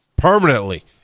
permanently